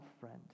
friend